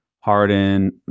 Harden